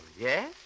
yes